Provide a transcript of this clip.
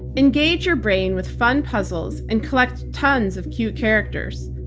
engage your brain with fun puzzles and collect tons of cute characters.